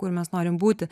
kur mes norim būti